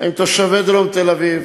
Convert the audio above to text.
עם תושבי דרום תל-אביב,